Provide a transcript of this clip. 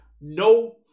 no